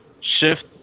shift